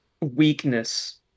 weakness